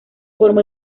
formó